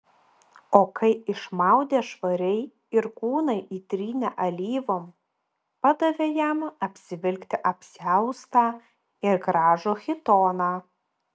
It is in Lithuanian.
o kai išmaudė švariai ir kūną įtrynė alyvom padavė jam apsivilkti apsiaustą ir gražų chitoną